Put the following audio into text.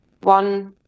one